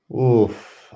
Oof